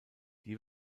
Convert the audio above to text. die